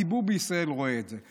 הציבור בישראל רואה את זה.